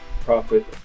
profit